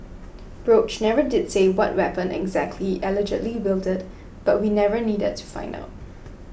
roach never did say what weapon exactly allegedly wielded but we never needed to find out